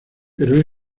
pero